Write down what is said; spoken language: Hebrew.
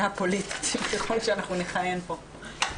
פוליטית, ככל שאנחנו נכהן פה.